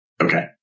Okay